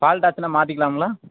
ஃபால்ட்டாச்சின்னால் மாற்றிக்கலாம்ங்களா